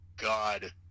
God